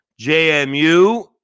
JMU